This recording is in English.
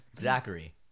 Zachary